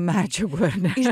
medžiagų ar ne